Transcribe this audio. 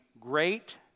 great